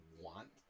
want